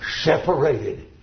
separated